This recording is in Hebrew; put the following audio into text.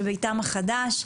בביתם החדש,